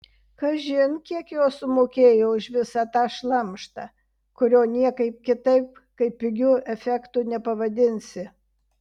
kažin kiek jos sumokėjo už visą tą šlamštą kurio niekaip kitaip kaip pigiu efektu nepavadinsi